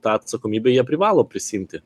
tą atsakomybę jie privalo prisiimti